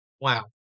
Wow